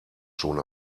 schon